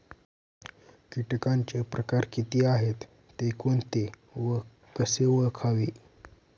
किटकांचे प्रकार किती आहेत, ते कोणते व कसे ओळखावे?